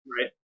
Right